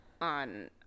on